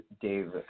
Dave